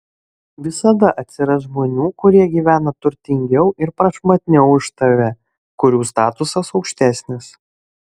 visada atsiras žmonių kurie gyvena turtingiau ir prašmatniau už tave kurių statusas aukštesnis